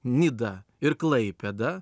nidą ir klaipėdą